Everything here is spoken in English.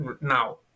now